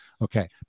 Okay